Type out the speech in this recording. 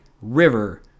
River